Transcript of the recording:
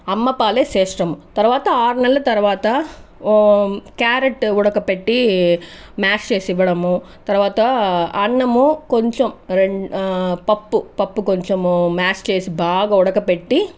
అమ్మ పాలే శ్రేష్టము తర్వాత ఆరు నెలల తర్వాత క్యారెటు ఉడకపెట్టి మ్యాష్ చేసి ఇవ్వడము తర్వాత అన్నము కొంచెం రెం పప్పు పప్పు కొంచెం మ్యాష్ చేసి బాగా ఉడకపెట్టి